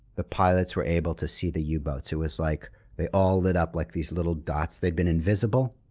the pilots were able to see the yeah u-boats. it was like they all lit up like these little dots. they'd been invisible,